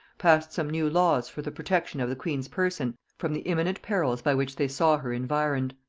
passed some new laws for the protection of the queen's person from the imminent perils by which they saw her environed.